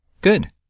Good